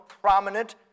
prominent